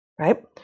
right